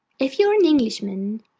if you are an englishman,